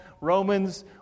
Romans